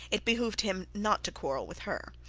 it behoved him not to quarrel with her.